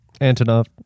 Antonov